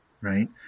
right